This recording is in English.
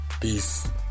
Peace